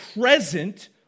present